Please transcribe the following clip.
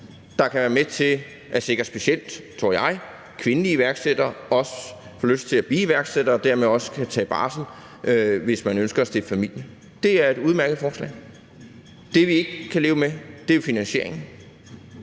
der kan være med til at sikre, at specielt kvindelige iværksættere, tror jeg, også får lyst til at blive iværksættere og dermed også kan tage barsel, hvis de ønsker at stifte familie. Det er et udmærket forslag. Det, vi ikke kan leve med, er finansieringen.